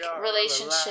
relationship